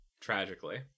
Tragically